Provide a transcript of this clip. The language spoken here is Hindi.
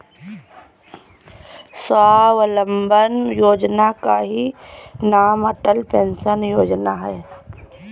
स्वावलंबन योजना का ही नाम अटल पेंशन योजना है